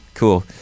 Cool